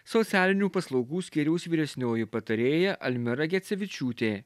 socialinių paslaugų skyriaus vyresnioji patarėja almira gecevičiūtė